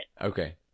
Okay